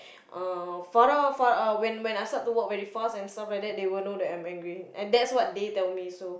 uh Farah Farah when when I start to work very fast and stuff like that they will know that I'm angry and that's what they tell me so